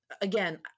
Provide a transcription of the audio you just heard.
again